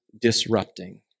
disrupting